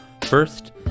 First